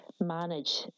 manage